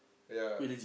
ya